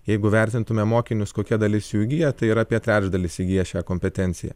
jeigu vertintume mokinius kokia dalis jų įgija tai yra apie trečdalis įgija šią kompetenciją